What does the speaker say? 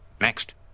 Next